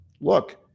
look